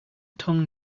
tongue